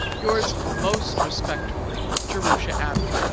yours most respectfully, jerusha abbott